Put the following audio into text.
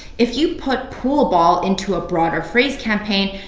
if you put pool ball into a broad or phrase campaign,